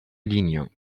ligne